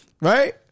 Right